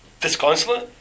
disconsolate